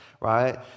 right